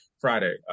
Friday